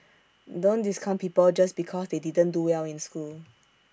don't discount people just because they didn't do well in school